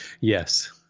Yes